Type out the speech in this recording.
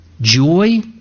joy